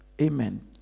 Amen